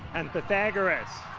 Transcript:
and pythagorus.